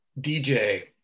DJ